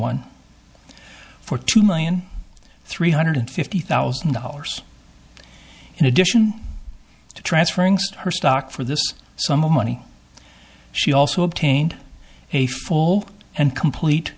one for two million three hundred fifty thousand dollars in addition to transferring her stock for this sum of money she also obtained a full and complete